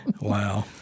Wow